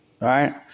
right